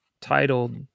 titled